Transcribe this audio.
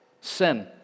Sin